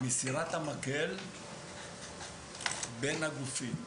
במסירת המקל בין הגופים,